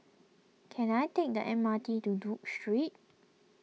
can I take the M R T to Duke Street